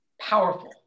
Powerful